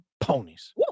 ponies